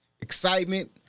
Excitement